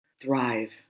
thrive